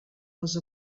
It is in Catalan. les